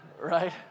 right